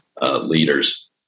leaders